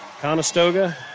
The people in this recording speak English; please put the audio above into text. Conestoga